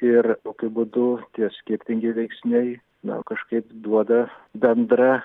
ir tokiu būdu tie skirtingi veiksniai na kažkaip duoda bendrą